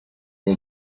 bwo